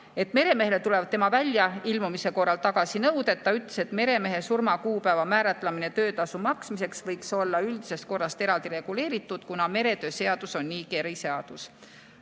meremehele esitatakse tema väljailmumise [korral] tagasinõuded. Ta ütles ka, et meremehe surmakuupäeva määratlemine töötasu maksmiseks võiks olla üldisest korrast eraldi reguleeritud, kuna meretöö seadus on niigi eriseadus.